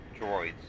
droids